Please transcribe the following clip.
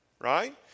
Right